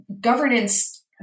governance